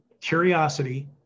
curiosity